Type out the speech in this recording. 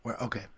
Okay